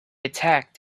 attacked